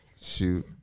Shoot